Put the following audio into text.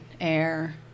air